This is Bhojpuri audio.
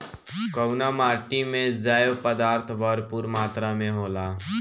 कउना माटी मे जैव पदार्थ भरपूर मात्रा में होला?